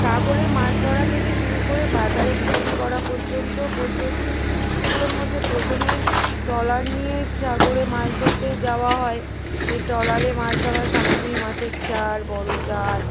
সাগরে মাছ ধরা থেকে শুরু করে বাজারে বিক্রি করা পর্যন্ত পদ্ধতিগুলোর মধ্যে প্রথমে ট্রলার নিয়ে সাগরে মাছ ধরতে যাওয়া হয় সেই ট্রলারে মাছ ধরার সামগ্রী মাছের চার বড়ো জাল